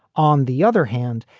on the other hand,